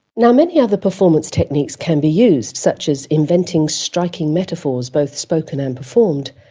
and many other performance techniques can be used, such as inventing striking metaphors, both spoken and performed.